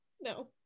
No